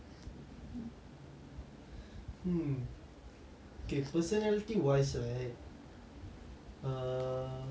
hmm okay personality wise right err நா என்ன நினைக்குறேன்னா:naa enna ninaikuraenaa